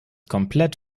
komplett